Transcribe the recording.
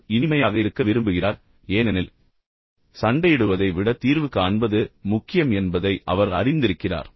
அவர் இனிமையாக இருக்க விரும்புகிறார் ஏனெனில் சண்டையிடுவதை விட தீர்வு காண்பது முக்கியம் என்பதை அவர் அறிந்திருக்கிறார்